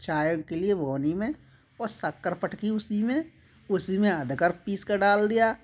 चाय के लिए भगोनी में और शक्कर पटकी उसी में उसी में अदरक पीसकर डाल दिया